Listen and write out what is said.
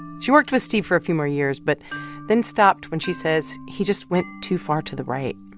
she worked with steve for a few more years but then stopped when she says he just went too far to the right.